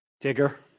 Digger